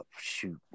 shoot